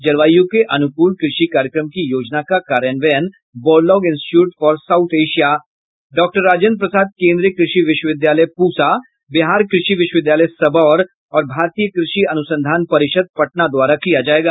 जलवायु के अनुकूल कृषि कार्यक्रम की योजना का कार्यान्वयन Borlaug institute for South Asia डॉ राजेन्द्र प्रसाद केन्द्रीय कृषि विश्वविद्यालय प्रसा बिहार कृषि विश्वविद्यालय सबौर और भारतीय कृषि अनुसंधान परिषद पटना द्वारा किया जायेगा